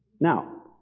Now